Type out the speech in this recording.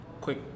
quick